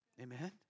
Amen